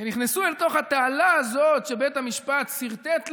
שנכנסו אל תוך התעלה הזאת שבית המשפט סרטט להם,